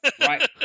right